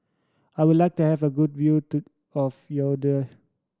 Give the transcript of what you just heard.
I would like to have a good view to of Yaounde